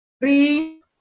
three